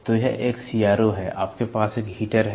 तो यह एक सीआरओ है आपके पास एक हीटर है